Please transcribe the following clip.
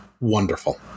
wonderful